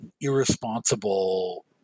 irresponsible